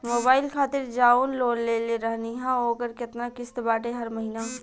Mobile खातिर जाऊन loan लेले रहनी ह ओकर केतना किश्त बाटे हर महिना?